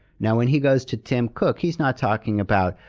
now, when he goes to tim cook, he's not talking about,